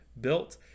built